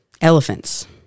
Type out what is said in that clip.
elephants